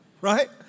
right